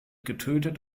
getötet